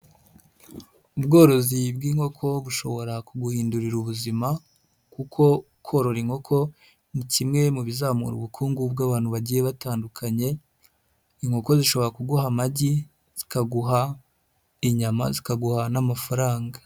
Ubworozi bw'inkoko bushobora kuguhindurira ubuzima kuko korora inkoko ni kimwe mu bizamura ubukungu bw'abantu bagiye batandukanye, inkoko zishobora kuguha amagi, zikaguha inyama, zikaguha n'amafaranga.